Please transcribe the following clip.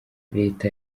leta